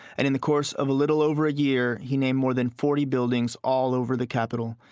and in the course of a little over a year, he named more than forty buildings all over the capital.